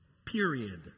period